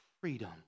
freedom